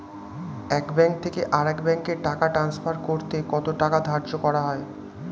এক ব্যাংক থেকে আরেক ব্যাংকে টাকা টান্সফার করতে কত টাকা ধার্য করা হয়?